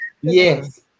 yes